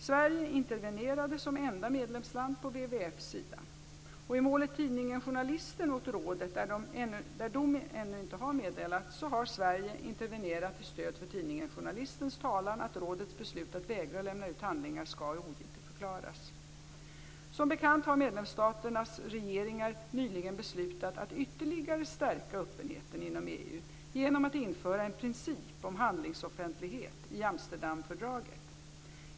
Sverige intervenerade som enda medlemsland på WWF:s sida. Och i målet Tidningen Journalisten mot rådet, där dom ännu inte har meddelats, har Sverige intervenerat till stöd för Tidningen Journalistens talan att rådets beslut att vägra lämna ut handlingar skall ogiltigförklaras. Som bekant har medlemsstaternas regeringar nyligen beslutat att ytterligare stärka öppenheten inom EU genom att införa en princip om handlingsoffentlighet i Amsterdamfördraget.